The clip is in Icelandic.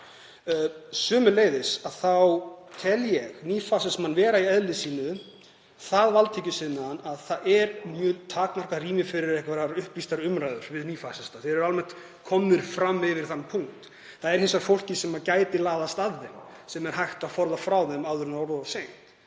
Sömuleiðis tel ég nýfasismann vera í eðli sínu það valdbeitingarsinnaðan að mjög takmarkað rými sé fyrir einhverjar upplýstar umræður við nýfasista. Þeir eru almennt komnir fram yfir þann punkt. Það er hins vegar fólkið sem gæti laðast að þeim sem er hægt að forða frá þeim áður en það er